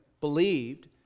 believed